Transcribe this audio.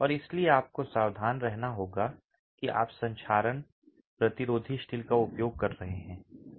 और इसलिए आपको सावधान रहना होगा कि आप संक्षारण प्रतिरोधी स्टील का उपयोग कर रहे हैं